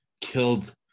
killed